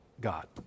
God